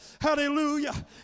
Hallelujah